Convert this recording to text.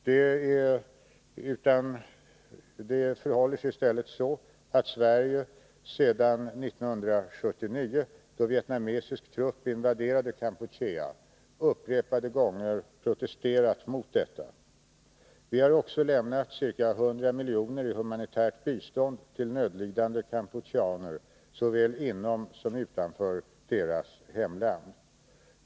Det förhåller sig i stället så att Sverige sedan 1979, då vietnamesisk trupp invanderade Kampuchea, upprepade gånger protesterat mot detta. Vi har också lämnat ca 100 miljoner i humanitärt bistånd till nödlidande kampucheaner såväl inom som utanför deras hemland.